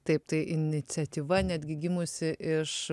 taip tai iniciatyva netgi gimusi iš